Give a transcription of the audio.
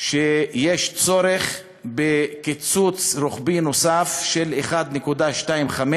שיש צורך בקיצוץ רוחבי נוסף של 1.25,